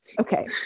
Okay